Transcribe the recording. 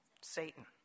Satan